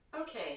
Okay